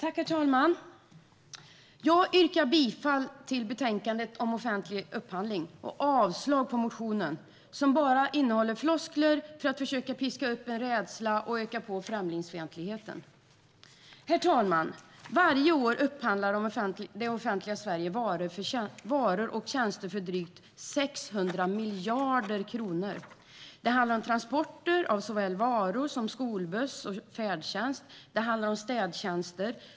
Herr talman! Jag yrkar bifall till förslaget i betänkandet om offentlig upphandling och avslag på motionen, som bara innehåller floskler för att försöka piska upp en rädsla och öka på främlingsfientligheten. Herr talman! Varje år upphandlar det offentliga Sverige varor och tjänster för drygt 600 miljarder kronor. Det handlar om transporter - såväl varutransporter som skolbuss och färdtjänst. Det handlar om städtjänster.